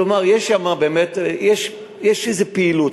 כלומר, יש איזו פעילות.